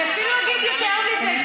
אני אפילו אגיד יותר מזה.